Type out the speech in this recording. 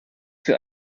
für